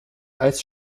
als